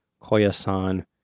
Koyasan